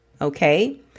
okay